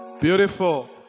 Beautiful